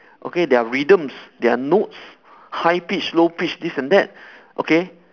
okay there are rhythms there are notes high pitched low pitched this and that okay